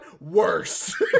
worse